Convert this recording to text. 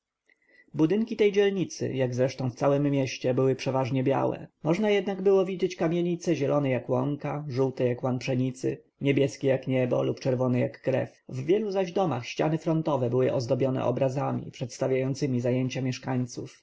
budynki tej dzielnicy jak zresztą w całem mieście były przeważnie białe można jednak było widzieć kamienice zielone jak łąka żółte jak łan pszenicy niebieskie jak niebo lub czerwone jak krew w wielu zaś domach ściany frontowe były ozdobione obrazami przedstawiającemi zajęcia mieszkańców